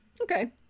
Okay